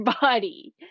body